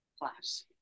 class